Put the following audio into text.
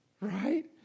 right